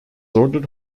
ordered